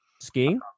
Skiing